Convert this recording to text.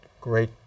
great